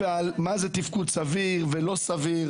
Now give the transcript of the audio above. עצם ההצעה היא השוואה.